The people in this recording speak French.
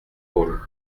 paul